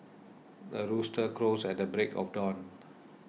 the rooster crows at the break of dawn